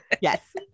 Yes